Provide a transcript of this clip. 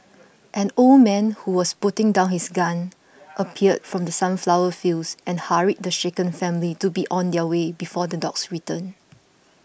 an old man who was putting down his gun appeared from the sunflower fields and hurried the shaken family to be on their way before the dogs return